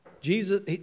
Jesus